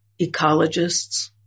ecologists